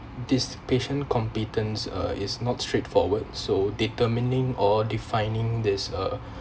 this patient competence uh is not straightforward so determining or defining this uh